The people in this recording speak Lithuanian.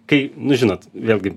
kai nu žinot vėlgi